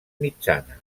mitjana